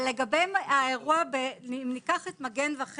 אם ניקח את מגן וחץ,